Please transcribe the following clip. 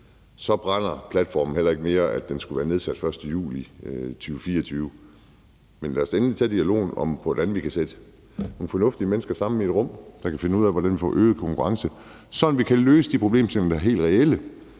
brænder platformen heller ikke, at den skulle være nedsat 1. juli 2024. Men lad os da endelig tage dialogen om, hvordan vi kan sætte nogle fornuftige mennesker sammen i et rum, der kan finde ud af, hvordan vi får øget konkurrence, sådan at vi kan løse de problemstillinger, der er helt reelle,